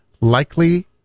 likely